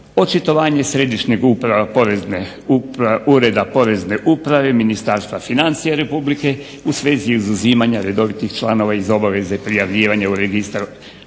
očitovanje središnjeg Ureda porezne uprave Ministarstva financija RH u svezi izuzimanja redovitih članova iz obaveze prijavljivanja u registar